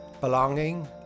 belonging